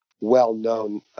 well-known